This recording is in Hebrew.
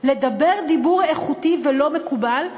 לדבר דיבור איכותי ולא מקובל,